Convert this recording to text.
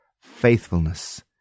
faithfulness